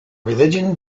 religion